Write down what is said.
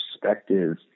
perspective